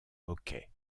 hockey